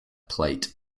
plate